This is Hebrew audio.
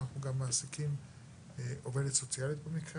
אנחנו גם מעסיקים עובדת סוציאלית במקרה